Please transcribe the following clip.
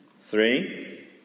Three